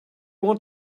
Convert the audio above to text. want